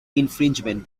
infringement